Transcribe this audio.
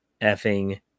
effing